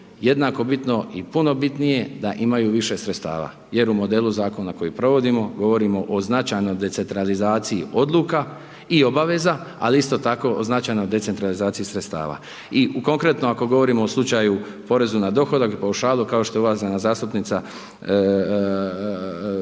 jednako bitno i puno bitnije da imaju više sredstava jer u modelu zakona koji provodimo govorimo o značajnoj decentralizaciji odluka i obaveza, ali isto tako o značajnoj decentralizaciji sredstava. I konkretno ako govorimo o slučaju porezu na dohodak, paušalu, kao što je uvažena zastupnica već